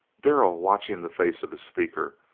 darrell, watching the face of the speaker,